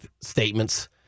statements